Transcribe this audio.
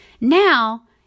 now